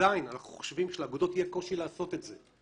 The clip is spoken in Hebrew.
עדיין אנחנו חושבים שלאגודות יהיה קושי לעשות את זה,